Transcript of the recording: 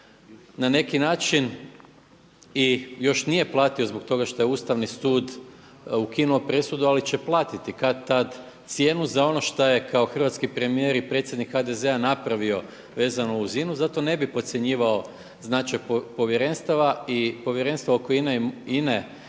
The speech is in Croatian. na neki način i još nije platio zbog toga što je Ustavni sud ukinuo presudu, ali će platiti kad-tad cijenu za ono što je kao hrvatski premijer i predsjednik HDZ-a napravio vezano uz INA-u. Zato ne bih podcjenjivao značaj povjerenstava i povjerenstvo oko INA-e je